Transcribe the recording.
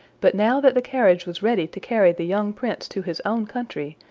but now that the carriage was ready to carry the young prince to his own country,